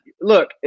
look